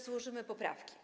złożymy poprawki.